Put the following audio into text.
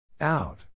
Out